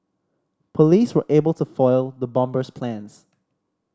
police were able to foil the bomber's plans